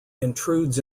intrudes